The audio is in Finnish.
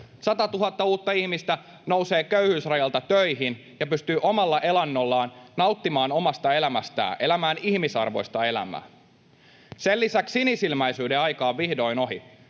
100 000 uutta ihmistä nousee köyhyysrajalta töihin ja pystyy omalla elannollaan nauttimaan omasta elämästään, elämään ihmisarvoista elämää. Sen lisäksi sinisilmäisyyden aika on vihdoin ohi.